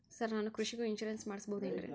Sir ನಾನು ಕೃಷಿಗೂ insurance ಮಾಡಸಬಹುದೇನ್ರಿ?